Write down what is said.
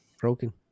Broken